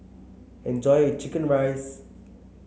enjoy your chicken rice